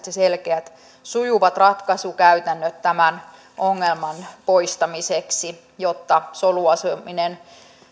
selkeät ja sujuvat ratkaisukäytännöt tämän ongelman poistamiseksi jotta soluasuminen